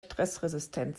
stressresistent